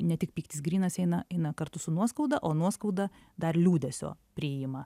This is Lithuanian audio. ne tik pyktis grynas eina eina kartu su nuoskauda o nuoskauda dar liūdesio priima